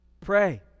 pray